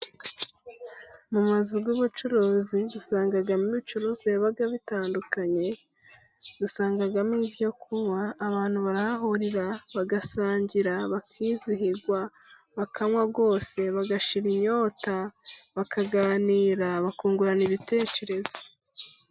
Mu mazu y'ubucuruzi dusangagamo ibicuruzwa biba bitandukanye. Dusangamo ibyo kunywa. Abantu barahahurira bagasangira, bakizihirwa, bakanywa, rwose bagashira inyota, bakaganira, bakungurana ibitekerezo.